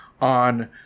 on